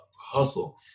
hustle